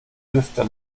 lüfter